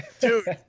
Dude